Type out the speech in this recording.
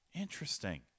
Interesting